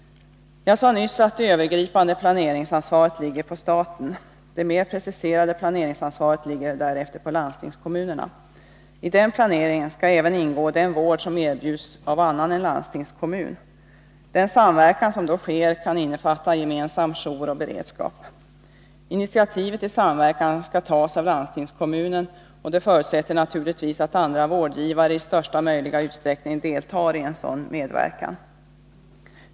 Jag sade nyss att det övergripande planeringsansvaret ligger på staten. Det mera preciserade planeringsansvaret ligger därefter på landstingskommunerna. I den planeringen skall även ingå den vård som erbjuds av annan än landstingskommun. Den samverkan som då sker kan innefatta gemensam jour och beredskap. Initiativet till samverkan skall tas av landstingskommunen, och det förutsätter naturligtvis att andra vårdgivare i största möjliga utsträckning deltar i en sådan samverkan.